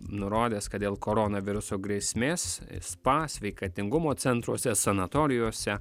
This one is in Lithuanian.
nurodęs kad dėl koronaviruso grėsmės spa sveikatingumo centruose sanatorijose